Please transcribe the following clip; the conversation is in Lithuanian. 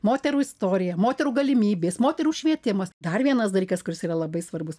moterų istorija moterų galimybės moterų švietimas dar vienas dalykas kuris yra labai svarbus